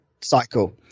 cycle